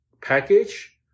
package